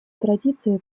традицию